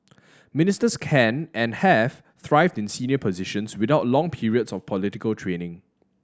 ministers can and have thrived in senior positions without long periods of political training